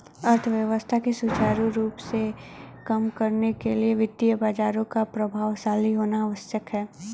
अर्थव्यवस्था के सुचारू रूप से काम करने के लिए वित्तीय बाजारों का प्रभावशाली होना आवश्यक है